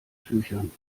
tüchern